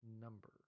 Number